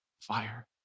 fire